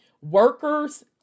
workers